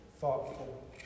thoughtful